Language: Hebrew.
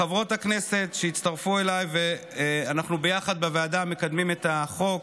לחברות הכנסת שהצטרפו אליי ואנחנו ביחד בוועדה מקדמים את החוק,